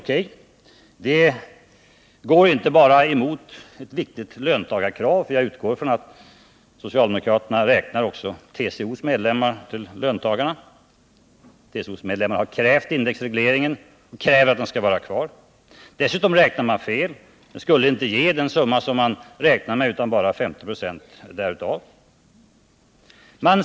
Man går därmed inte bara emot ett viktigt löntagarkrav — jag utgår från att socialdemokraterna räknar in också TCO:s medlemmar bland löntagarna, och de har krävt att indexregleringen skall vara kvar — utan man räknar dessutom fel. Denna åtgärd skulle inte ge den summa som man räknar med utan bara 50 96 därav.